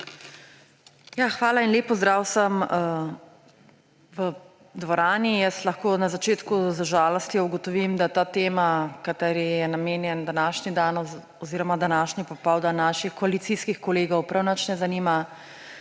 Hvala in lep pozdrav vsem v dvorani! Na začetku lahko z žalostjo ugotovim, da ta tema, kateri je namenjen današnji dan oziroma današnji popoldan, naših koalicijskih kolegov prav nič ne zanima.